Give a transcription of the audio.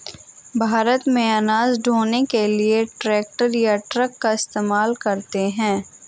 भारत में अनाज ढ़ोने के लिए ट्रैक्टर या ट्रक का इस्तेमाल करते हैं